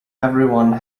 everyone